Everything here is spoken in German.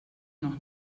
noch